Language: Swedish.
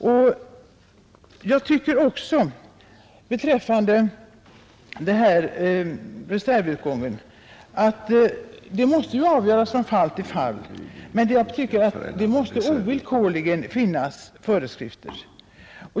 Frågan om reservutgång måste ju avgöras från fall till fall, men jag tycker att det ovillkorligen måste finnas föreskrifter.